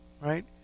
right